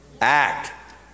Act